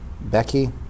Becky